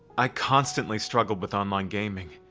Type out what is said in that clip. i constantly struggled with online gaming,